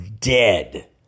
dead